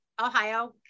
Ohio